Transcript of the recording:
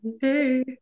Hey